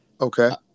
okay